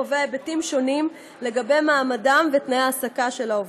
הקובע היבטים שונים של המעמד ותנאי ההעסקה של העובדים,